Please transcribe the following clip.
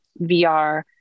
VR